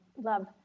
love